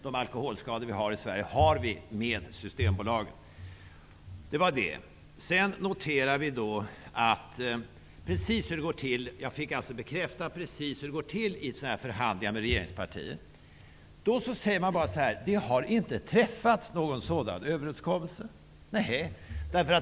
De alkoholskador vi har i Sverige har vi med Jag fick nu bekräftat precis hur det går till i sådana här förhandlingar med regeringspartierna. Man säger bara: Det har inte träffats någon sådan överenskommelse.